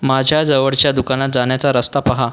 माझ्या जवळच्या दुकानात जाण्याचा रस्ता पहा